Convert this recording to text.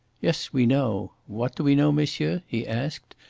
yes, we know what do we know, monsieur? he asked,